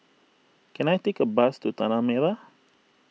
can I take a bus to Tanah Merah